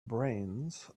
brains